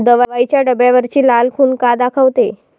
दवाईच्या डब्यावरची लाल खून का दाखवते?